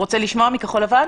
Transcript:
רוצה לשמוע מכחול לבן?